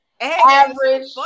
Average